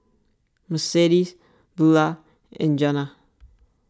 Mercedes Bulah and Jana